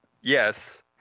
Yes